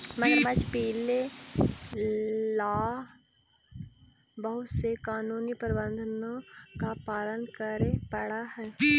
मगरमच्छ पीले ला बहुत से कानूनी प्रावधानों का पालन करे पडा हई